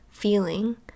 feeling